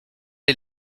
est